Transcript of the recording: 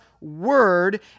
word